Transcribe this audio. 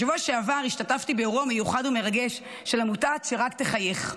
בשבוע שעבר השתתפתי באירוע מיוחד ומרגש של עמותת "שרק תחייך",